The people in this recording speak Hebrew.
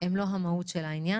הם לא המהות של העניין.